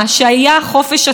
חופש הצבעה אמיתי,